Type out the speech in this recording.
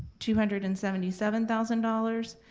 two hundred and seventy seven thousand dollars.